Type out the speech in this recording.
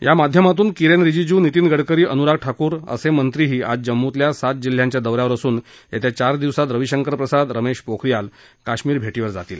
या माध्यमातून किरेन रिजीजू नितीन गडकरी अनुराग ठाकूर असे मंत्रीही आज जम्मूतल्या सात जिल्ह्यांच्या दौऱ्यावर असून येत्या चार दिवसात रविशंकर प्रसाद रमेश पोखरियाल काश्मीर भेटीवर जातील